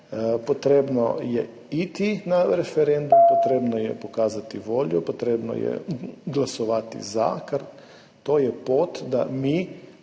potrebno je iti na referendum, potrebno je pokazati voljo, potrebno je glasovati za, ker to je pot, da mi